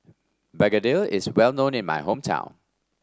Begedil is well known in my hometown